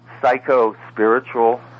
psycho-spiritual